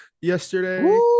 yesterday